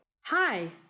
Hi